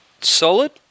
Solid